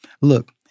look